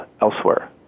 elsewhere